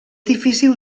difícil